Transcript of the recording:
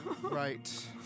Right